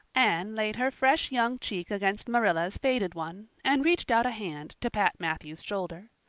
anne laid her fresh young cheek against marilla's faded one, and reached out a hand to pat matthew's shoulder.